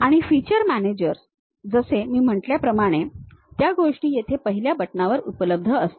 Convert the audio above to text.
आणि features manager जसे मी म्हटल्याप्रमाणे त्या गोष्टी येथे पहिल्या बटणावर उपलब्ध असतील